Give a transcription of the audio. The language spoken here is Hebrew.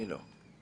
אני לא.